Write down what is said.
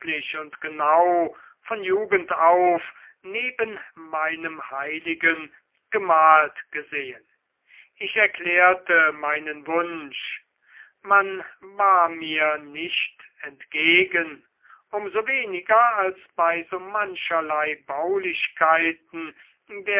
und genau von jugend auf neben meinem heiligen gemalt gesehen ich erklärte meinen wunsch man war mir nicht entgegen um so weniger als bei so mancherlei baulichkeiten